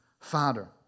father